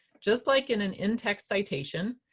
just like in an in-text citation,